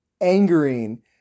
angering